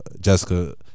jessica